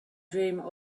dream